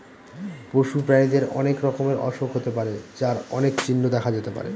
পশু প্রাণীদের অনেক রকমের অসুখ হতে পারে যার অনেক চিহ্ন দেখা যেতে পারে